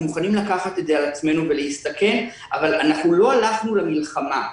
אנחנו מוכנים לקחת את זה על עצמנו ולהסתכן אבל אנחנו לא הלכנו למלחמה,